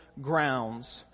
Grounds